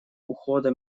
ухода